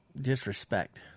disrespect